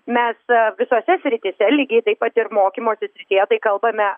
mes visose srityse lygiai taip pat ir mokymosi srityje tai kalbame